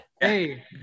Hey